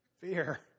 Fear